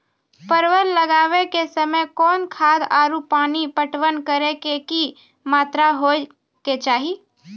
परवल लगाबै के समय कौन खाद आरु पानी पटवन करै के कि मात्रा होय केचाही?